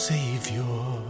Savior